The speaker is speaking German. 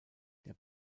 der